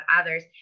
others